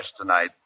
tonight